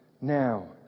now